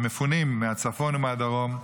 המפונים מהצפון ומהדרום,